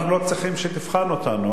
אנחנו לא צריכים שתבחן אותנו,